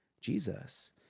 Jesus